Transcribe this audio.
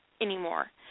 anymore